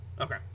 Okay